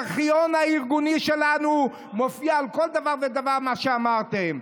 בארכיון הארגוני שלנו מופיע כל דבר ודבר שאמרתם.